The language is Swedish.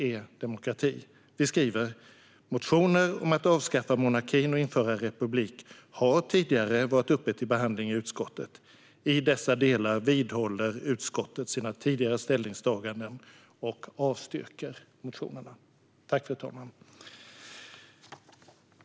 Vi skriver: "Motioner om att avskaffa monarkin och införa republik har tidigare varit uppe till behandling i utskottet. I dessa delar vidhåller utskottet sina tidigare ställningstaganden och avstyrker motionsyrkandena."